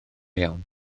iawn